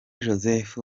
joseph